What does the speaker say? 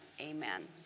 Amen